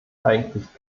eigentlich